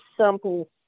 simple